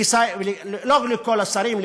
לא לכל השרים,